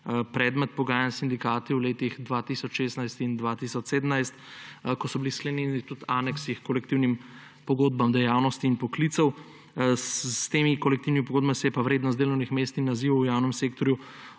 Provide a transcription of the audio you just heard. predmet pogajanja s sindikati v letih 2016 in 2017, ko so bili sklenjeni tudi aneksi h kolektivnim pogodbam dejavnosti in poklicev. S temi kolektivnimi pogodbami pa se je vrednost delovnih mest in nazivov v javnem sektorju